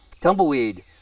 Tumbleweed